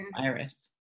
virus